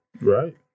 Right